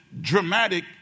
dramatic